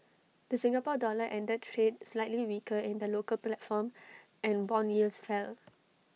the Singapore dollar ended trade slightly weaker in the local platform and Bond yields fell